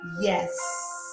yes